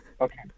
Okay